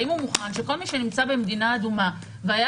האם הוא מוכן שכל מי שנמצא במדינה אדומה והיה